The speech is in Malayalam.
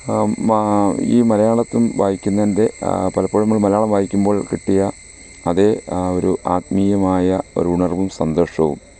ഈ മലയാളത്തിൽ വായിക്കുന്നതിന്റെ പലപ്പോഴും നമ്മൾ മലയാളം വായിക്കുമ്പോൾ കിട്ടിയ അതേ ആ ഒരു ആത്മീയമായ ഒരു ഉണർവും സന്തോഷവും